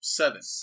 seven